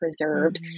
preserved